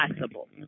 possible